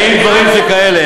האם דברים שכאלה